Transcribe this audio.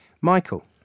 Michael